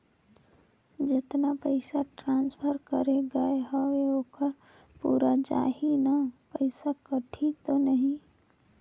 जतना पइसा ट्रांसफर करे गये हवे ओकर पूरा जाही न पइसा कटही तो नहीं?